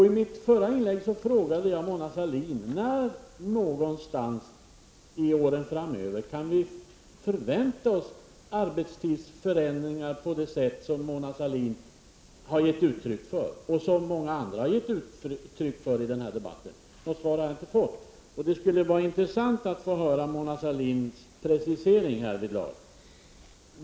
I mitt förra inlägg frågade jag Mona Sahlin: När, under åren framöver, kan vi förvänta oss arbetstidsförändringar av det slag som Mona Sahlin har talat om, och som många andra här har omnämnt i denna debatt? Något svar på denna fråga har jag inte fått. Det skulle vara intressant att höra Mona Sahlins precisering härvidlag.